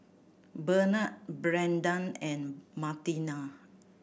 Benard Brennan and Martina